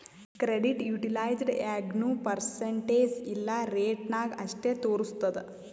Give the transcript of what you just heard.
credit utilised ಯಾಗ್ನೂ percentage ಇಲ್ಲಾ ರೇಟ ನಾಗ್ ಅಷ್ಟೇ ತೋರುಸ್ತುದ್